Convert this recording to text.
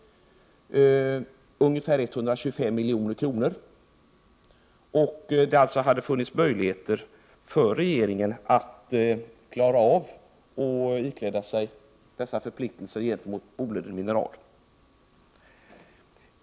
Det fanns ungefär 125 milj.kr., varför det förelåg möjligheter för regeringen att klara av förpliktelserna gentemot Boliden Mineral AB.